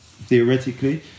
theoretically